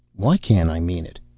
why can't i mean it?